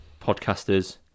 podcasters